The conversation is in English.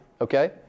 Okay